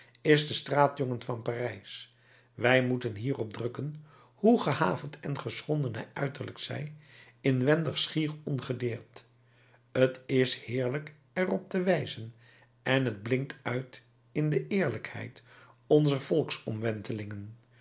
is de straatjongen van parijs wij moeten hierop drukken hoe gehavend en geschonden hij uiterlijk zij inwendig schier ongedeerd t is heerlijk er op te wijzen en het blinkt uit in de eerlijkheid onzer volksomwentelingen